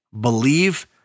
believe